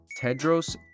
Tedros